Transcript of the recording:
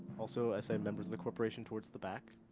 also i said members of the corporation towards the back.